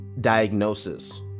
diagnosis